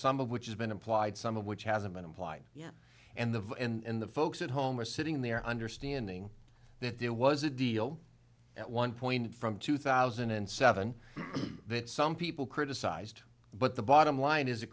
some of which has been applied some of which hasn't been applied yet and the and the folks at home are sitting there understanding that there was a deal at one point from two thousand and seven that some people criticized but the bottom line is it